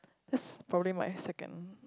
that's probably my second